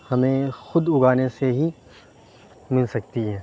ہمیں خود اُگانے سے ہی مل سکتی ہیں